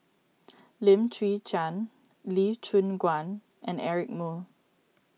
Lim Chwee Chian Lee Choon Guan and Eric Moo